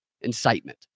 incitement